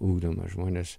ugdoma žmonės